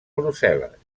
brussel·les